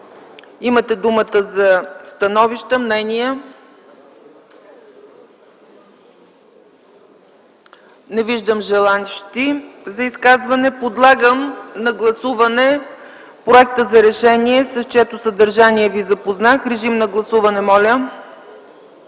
Имате думата за становища и мнения. Не виждам желаещи за изказвания. Подлагам на гласуване проекта за решение, с чието съдържание ви запознах. Гласували